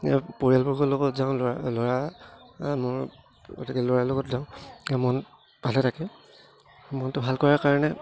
পৰিয়ালবৰ্গৰ লগত যাওঁ ল'ৰা ল'ৰা মোৰ গতিকে ল'ৰাৰ লগত যাওঁ এয়া মন ভালে থাকে মনটো ভাল কৰাৰ কাৰণে